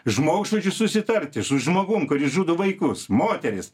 žmogžudžiu susitarti su žmogum kuris žudo vaikus moteris